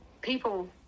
people